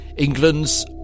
England's